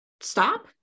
stop